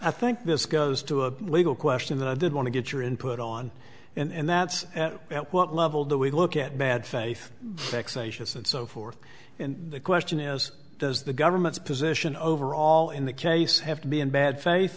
i think this goes to a legal question that i did want to get your input on and that's what level do we look at bad faith fixations and so forth and the question is does the government's position overall in the case have to be in bad fa